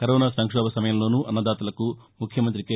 corona సంక్షోభ సమయంలోనూ అన్నదాతలకు ముఖ్యమంత్రి కె